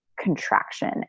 contraction